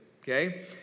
Okay